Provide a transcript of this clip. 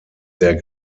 der